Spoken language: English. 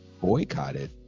boycotted